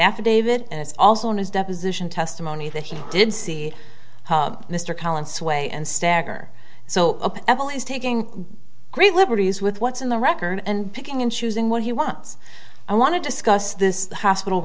affidavit and it's also in his deposition testimony that he did see mr collins sway and stagger so evill is taking great liberties with what's in the record and picking and choosing what he wants i want to discuss this the hospital